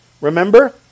Remember